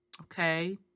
Okay